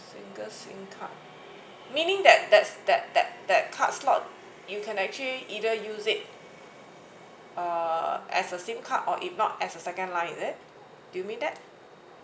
single SIM card meaning that that's that that that card slot you can actually either use it uh as a SIM card or if not as a second line is it do you mean that